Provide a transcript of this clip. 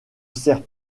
sers